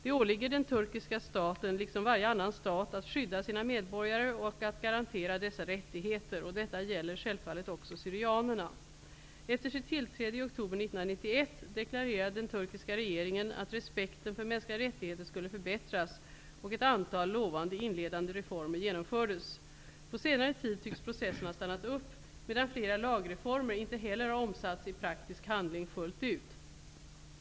Det åligger den turkiska staten, liksom varje annan stat, att skydda sina medborgare och att garantera dessa rättigheter. Detta gäller självfallet också syrianerna. Efter sitt tillträde i oktober 1991 deklarerade den turkiska regeringen att respekten för mänskliga rättigheter skulle förbättras, och ett antal lovande inledande reformer genomfördes. På senare tid tycks processen ha stannat upp, medan flera lagreformer inte heller har omsatts i praktisk handling fullt ut.